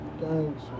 Thanks